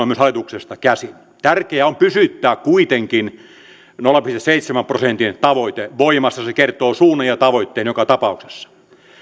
myös hallituksesta käsin tärkeää on pysyttää kuitenkin nolla pilkku seitsemän prosentin tavoite voimassa se kertoo suunnan ja tavoitteen joka tapauksessa